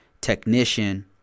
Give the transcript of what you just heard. technician